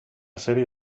serie